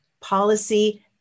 policy